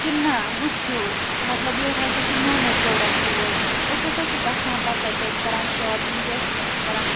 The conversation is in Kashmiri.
کہِ نَہ وچھِو مطلب یوٚت ہسا چھِ نوٚو نوٚو پروڈکٹ ووتمُت أسۍ ہسا چھِ گژھان پَتہٕ تتہِ حظ کران شوپِنٛگ یا کیٚنٛہہ چھِ کرن